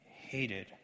hated